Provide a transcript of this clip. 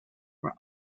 were